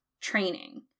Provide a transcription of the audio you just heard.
training